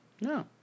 No